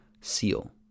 seal